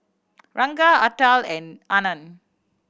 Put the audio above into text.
Ranga Atal and Anand